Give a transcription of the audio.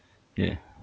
ya